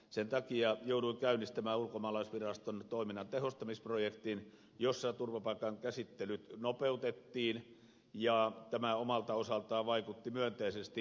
sen takia jouduin käynnistämään ulkomaalaisviraston toiminnan tehostamisprojektin jossa turvapaikkahakemusten käsittelyä nopeutettiin ja tämä omalta osaltaan vaikutti myönteisesti